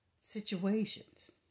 situations